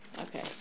Okay